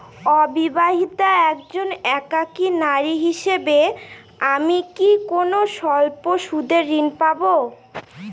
অবিবাহিতা একজন একাকী নারী হিসেবে আমি কি কোনো স্বল্প সুদের ঋণ পাব?